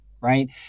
Right